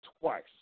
twice